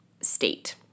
state